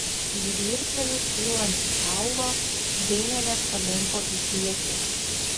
žvyrkeliu kylant į kalvą džeinė net palinko į priekį